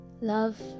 love